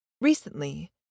Recently